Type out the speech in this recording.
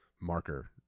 marker